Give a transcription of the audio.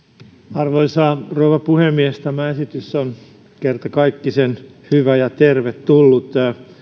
arvoisa rouva puhemies tämä esitys on kertakaikkisen hyvä ja tervetullut